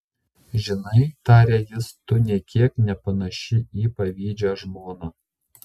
žinai tarė jis tu nė kiek nepanaši į pavydžią žmoną